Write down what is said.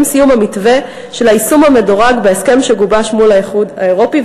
עם סיום המתווה של היישום המדורג בהסכם שגובש מול האיחוד האירופי,